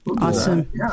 Awesome